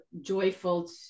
joyful